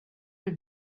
are